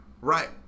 Right